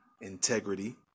Integrity